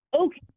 Okay